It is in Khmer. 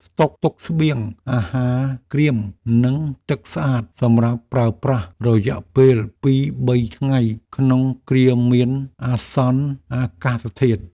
ស្តុកទុកស្បៀងអាហារក្រៀមនិងទឹកស្អាតសម្រាប់ប្រើប្រាស់រយៈពេលពីរបីថ្ងៃក្នុងគ្រាមានអាសន្នអាកាសធាតុ។